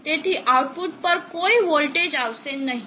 તેથી આઉટપુટ પર કોઈ વોલ્ટેજ આવશે નહીં